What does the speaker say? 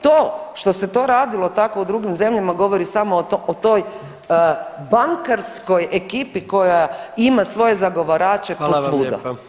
To što se to radilo tako u drugim zemljama govori samo o toj bankarskoj ekipi koja ima svoje zagovarače [[Upadica: Hvala vam lijepa.]] posvuda.